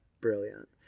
brilliant